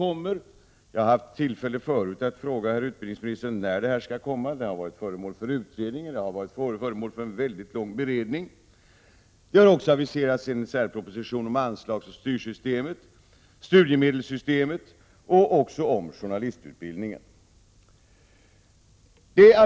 Jag har tidigare haft tillfälle att fråga herr utbildningsministern när detta ärende skall komma. Det har varit föremål för en utredning och för en mycket lång beredning. Det har också aviserats en särproposition om anslagsoch styrsystemet, studiemedelssystemet och journalistutbildningen.